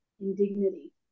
indignity